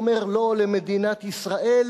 אומר "לא" למדינת ישראל,